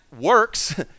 works